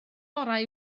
orau